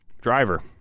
Driver